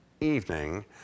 evening